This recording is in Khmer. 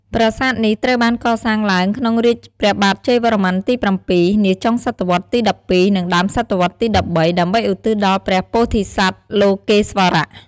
ប្រាសាទនេះត្រូវបានកសាងឡើងក្នុងរាជ្យព្រះបាទជ័យវរ្ម័នទី ៧ នាចុងសតវត្សរ៍ទី ១២ និងដើមសតវត្សរ៍ទី ១៣ ដើម្បីឧទ្ទិសដល់ព្រះពោធិសត្វលោកេស្វរៈ។